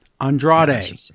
Andrade